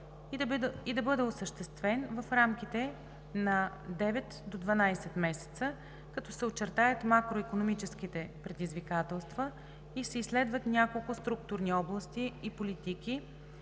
и да бъде осъществен в рамките на 9 – 12 месеца, като се очертаят макроикономическите предизвикателства и се изследват няколко структурни области и политики,